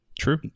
True